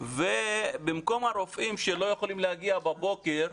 במקום הרופאים שלא יכולים להגיע בבוקר,